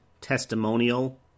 testimonial